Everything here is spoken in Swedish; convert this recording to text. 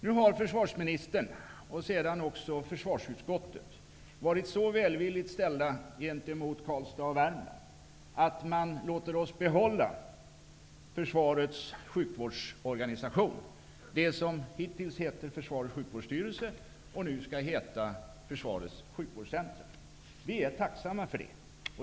Nu har försvarsministern och även försvarsutskottet varit så välvilligt inställda gentemot Karlstad och Värmland att man låter oss behålla försvarets sjukvårdsorganisation. Det som hittills hetat Försvarets sjukvårdsstyrelse och nu skall heta Försvarets sjukvårdscentrum. Vi är tacksamma för det.